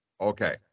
okay